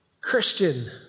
Christian